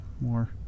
more